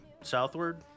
Southward